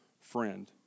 friend